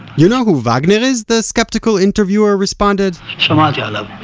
you know who wagner is! the sceptical interviewer responded shamati alav